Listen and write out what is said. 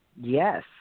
yes